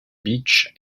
beach